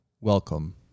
welcome